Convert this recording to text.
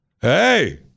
Hey